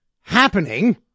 happening